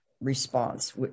response